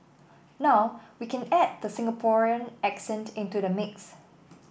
now we can add the Singaporean accent into the mix